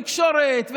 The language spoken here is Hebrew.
ותקשורת,